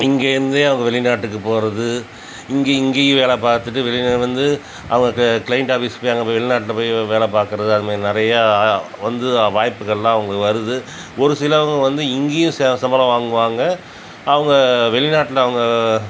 இங்கேயிருந்தே அவங்க வெளிநாட்டுக்கு போகிறது இங்கி இங்கேயும் வேலை பார்த்துட்டு வெளியில் வந்து அவங்க க கிளைன்ட் ஆஃபிஸ் போய் அங்கே போய் வெளிநாட்டில் போய் வேலை பார்க்கறது அது மாதிரி நிறையா வந்து வாய்ப்புகள்லாம் அவங்களுக்கு வருது ஒரு சிலவங்க வந்து இங்கேயும் ச சம்பளம் வாங்குவாங்க அவங்க வெளிநாட்டில் அவங்க